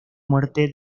muerte